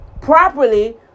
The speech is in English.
Properly